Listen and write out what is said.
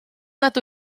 nad